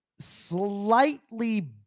slightly